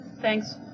Thanks